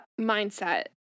mindset